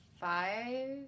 five